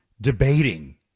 debating